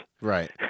Right